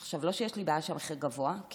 עכשיו, לא שיש לי בעיה שהמחיר גבוה, כי